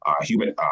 human